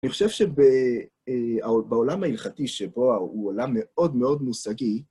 אני חושב שבעולם ההלכתי שבו הוא עולם מאוד מאוד מושגי,